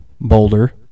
Boulder